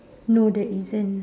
no there isn't